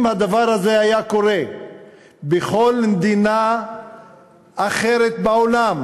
אם הדבר הזה היה קורה בכל מדינה אחרת בעולם,